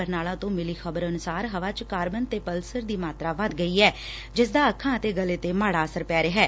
ਬਰਨਾਲਾ ਤੋਂ ਮਿਲੀ ਖ਼ਬਰ ਅਨੁਸਾਰ ਹਵਾ ਚ ਕਾਰਬਨ ਤੇ ਪਲਸਰ ਦੀ ਮਾਤਰਾ ਵੱਧ ਗਈ ਐ ਇਸ ਦਾ ਅੱਖਾਂ ਅਤੇ ਗਲੇ ਤੇ ਮਾੜਾ ਅਸਰ ਪੈ ਰਿਹੈ